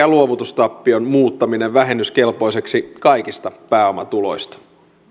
luovutustappion muuttaminen vähennyskelpoiseksi kaikista pääomatuloista